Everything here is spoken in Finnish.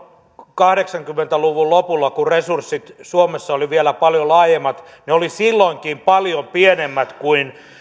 kahdeksankymmentä luvun lopulla kun resurssit suomessa olivat vielä paljon laajemmat niin ne olivat silloinkin paljon pienemmät kuin